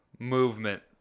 Movement